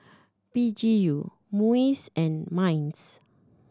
P G U MUIS and MINDS